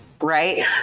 right